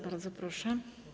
Bardzo proszę.